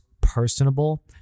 personable